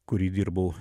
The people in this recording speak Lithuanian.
kurį dirbau